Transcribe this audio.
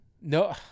No